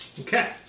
Okay